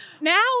Now